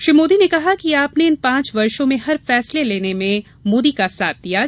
श्री मोदी ने कहा कि आपने इन पांच वर्षो में हर फैसला लेने में मोदी का साथ दिया है